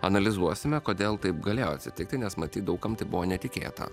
analizuosime kodėl taip galėjo atsitikti nes matyt daug kam tai buvo netikėta